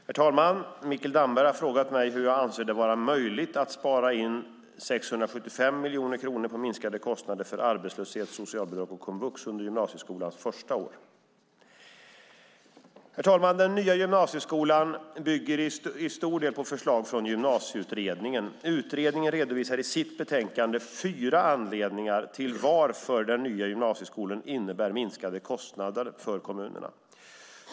Herr talman! Mikael Damberg har frågat mig hur jag anser det vara möjligt att spara in 675 miljoner kronor på minskade kostnader för arbetslöshet, socialbidrag och komvux under gymnasieskolans första år. Den nya gymnasieskolan bygger i stor del på förslag från Gymnasieutredningen . Utredningen redovisar i sitt betänkande fyra anledningar till att den nya gymnasieskolan innebär minskade kostnader för kommunerna.